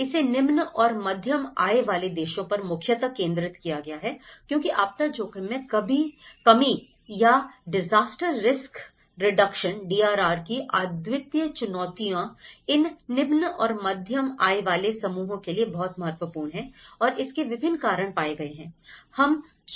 इसे निम्न और मध्यम आय वाले देशों पर मुख्यतः केंद्रित किया गया है क्योंकि आपदा जोखिम में कमी या डिजास्टर रिस्क रिडक्शन की अद्वितीय चुनौतियां इन निम्न और मध्यम आय वाले समूहों के लिए बहुत महत्वपूर्ण हैं और इसके विभिन्न कारण पाए गए हैं